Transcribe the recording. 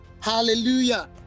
Hallelujah